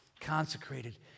Consecrated